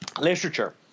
literature